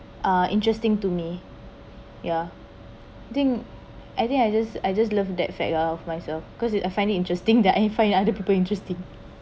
uh interesting to me ya I think I think I just I just love that fact ah of myself because I find it interesting and I find it other people interesting